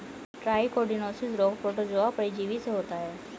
trichodinosis रोग protozoa परजीवी से होता है